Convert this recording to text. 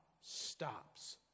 stops